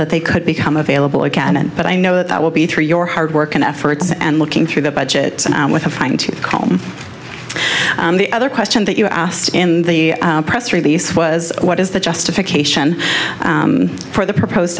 that they could become available again but i know that will be through your hard work and efforts and looking through the budget with a fine tooth comb and the other question that you asked in the press release was what is the justification for the proposed